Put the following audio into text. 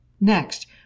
Next